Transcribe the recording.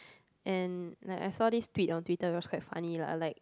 and like I saw this tweet on Twitter it was quite funny lah I like